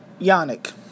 Yannick